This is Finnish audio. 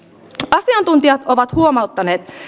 asiantuntijat ovat huomauttaneet